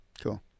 Cool